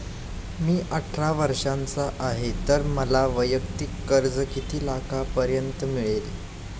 मी अठरा वर्षांचा आहे तर मला वैयक्तिक कर्ज किती लाखांपर्यंत मिळेल?